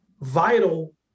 vital